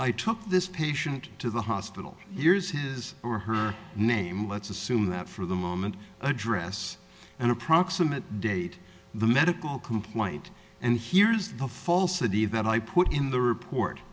i took this patient to the hospital years his or her name let's assume that for the moment address and approximate date the medical complaint and here is the falsity that i put in the report